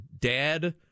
dad